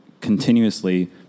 continuously